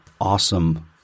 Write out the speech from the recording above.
awesome